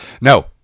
No